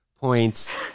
points